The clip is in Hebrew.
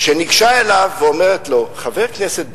ניגשה אליו ואמרה לו: חבר הכנסת בגין,